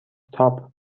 تاپ